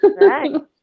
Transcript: Right